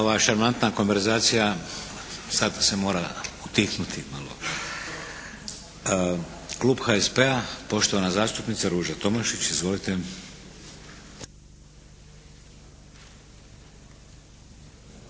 Ova šarmantna konverzacija sada se mora utihnuti malo. Klub HSP-a poštovana zastupnica Ruža Tomašić. Izvolite.